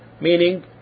Meaning